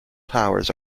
towers